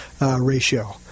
ratio